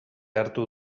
hartu